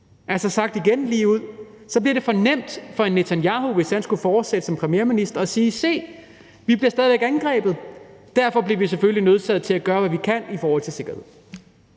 Altså, sagt igen lige ud bliver det for nemt for Netanyahu, hvis han skulle fortsætte som premierminister, at sige: Se, vi bliver stadig væk angrebet, og derfor bliver vi selvfølgelig nødsaget til at gøre, hvad vi kan i forhold til vores sikkerhed.